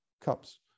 cups